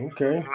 Okay